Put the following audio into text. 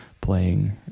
playing